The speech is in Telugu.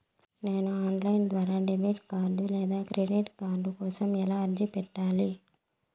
నేను ఆన్ లైను ద్వారా డెబిట్ కార్డు లేదా క్రెడిట్ కార్డు కోసం ఎలా అర్జీ పెట్టాలి?